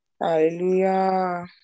Hallelujah